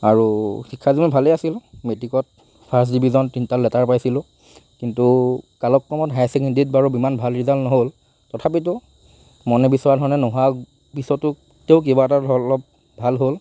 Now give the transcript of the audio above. আৰু শিক্ষা জীৱন ভালেই আছিল মেট্ৰিকত ফাৰ্ষ্ট ডিভিজন তিনিটাত লেটাৰ পাইছিলোঁ কিন্তু কালক্ৰমত হায়াৰ ছেকেণ্ডাৰীত বাৰু ইমান ভাল ৰিজাল্ট নহ'ল তথাপিতো মনে বিচৰাৰ ধৰণে নোহোৱা পিছতো তেওঁ কিবা এটা অলপ ভাল হ'ল